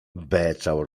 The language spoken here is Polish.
beczał